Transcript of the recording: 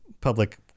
public